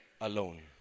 Alone